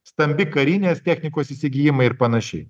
stambi karinės technikos įsigijimai ir panašiai